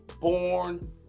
born